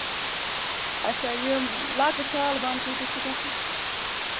اَچھا یِم لۄکٕٹۍ تھال بانہٕ کۭتِس چھِ گژھان